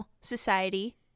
society